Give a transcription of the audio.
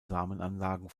samenanlagen